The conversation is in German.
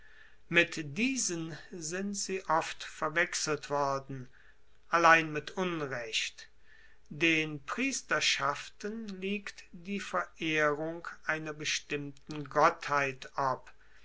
mit diesen sind sie oft verwechselt worden allein mit unrecht den priesterschaften liegt die verehrung einer bestimmten gottheit ob